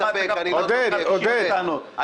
--- בטענות,